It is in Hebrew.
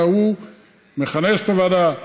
אלא הוא מכנס את הוועדה,